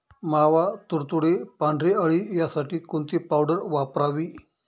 मावा, तुडतुडे, पांढरी अळी यासाठी कोणती पावडर वापरावी?